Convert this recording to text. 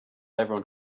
everyone